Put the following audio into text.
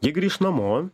jie grįš namo